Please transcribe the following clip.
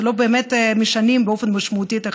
שלא באמת משנים באופן משמעותי את החיים.